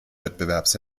wettbewerbs